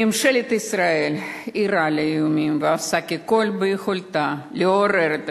ממשלת ישראל ערה לאיומים ועושה ככל יכולתה לעורר את